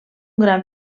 gran